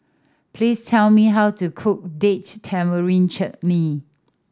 please tell me how to cook Date Tamarind Chutney